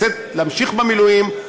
להמשיך במילואים,